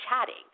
chatting